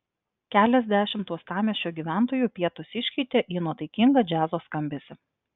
keliasdešimt uostamiesčio gyventojų pietus iškeitė į nuotaikingą džiazo skambesį